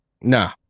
No